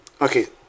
Okay